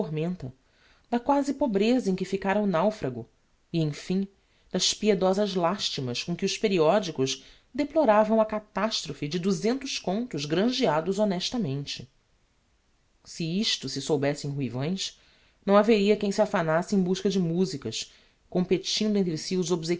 tormenta da quasi pobreza em que ficára o naufrago e em fim das piedosas lastimas com que os periodicos deploravam a catastrophe de duzentos contos grangeados honestamente se isto se soubesse em ruivães não haveria quem se afanasse em busca de musicas competindo entre si